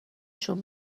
شون